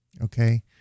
Okay